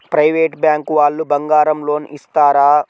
Private bank వాళ్ళు బంగారం loan ఇస్తారా?